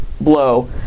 blow